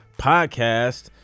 podcast